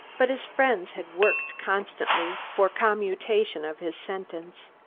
but his friends had worked constantly for commutation of his sentence.